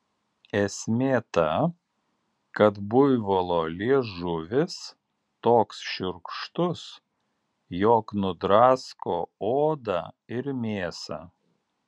esmė ta kad buivolo liežuvis toks šiurkštus jog nudrasko odą ir mėsą